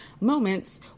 moments